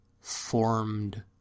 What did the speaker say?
formed